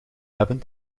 hebben